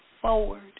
forward